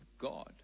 God